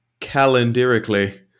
calendarically